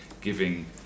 giving